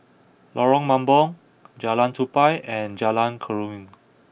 Lorong Mambong Jalan Tupai and Jalan Keruing